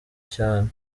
cyane